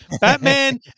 Batman